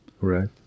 right